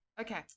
Okay